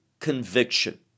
conviction